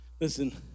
Listen